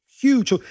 huge